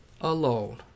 alone